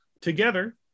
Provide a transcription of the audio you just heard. Together